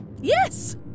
Yes